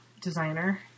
designer